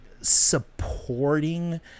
supporting